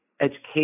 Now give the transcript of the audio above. education